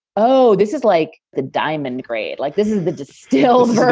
oh, this is like the diamond grade, like this is the distils.